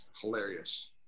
hilarious